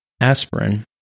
Aspirin